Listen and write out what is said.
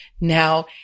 now